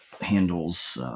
handles